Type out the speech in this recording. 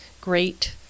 great